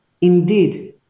Indeed